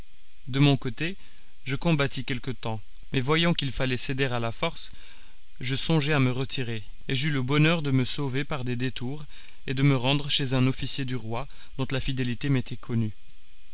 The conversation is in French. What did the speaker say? de mon côté je combattis quelque temps mais voyant qu'il fallait céder à la force je songeai à me retirer et j'eus le bonheur de me sauver par des détours et de me rendre chez un officier du roi dont la fidélité m'était connue